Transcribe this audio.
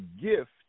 gift